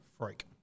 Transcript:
Freak